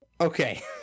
Okay